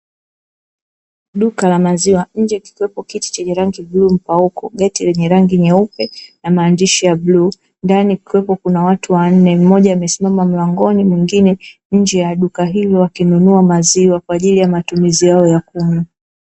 Duka la maziwa nje kikiwepo kiti chenye rangi bluu mpauko, geti lenye rangi nyeupe na maandishi ya bluu ndani kukiwepo kuna watu wanne mmoja amesimama mlangoni mwengine nje ya duka hilo wakinunua maziwa kwa ajili ya matumizi yao ya kunywa.